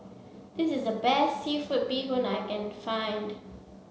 this is the best seafood bee hoon I can find